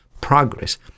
progress